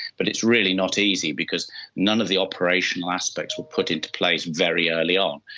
but it's really not easy because none of the operational aspects were put into place very early on.